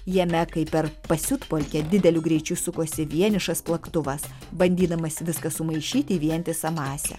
jame kaip per pasiutpolkę dideliu greičiu sukosi vienišas plaktuvas bandydamas viską sumaišyti vientisą masę